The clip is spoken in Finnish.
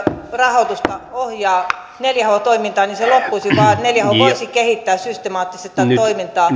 rahoitusta ohjaa neljä h toimintaan loppuisi että neljä h voisi kehittää systemaattista toimintaa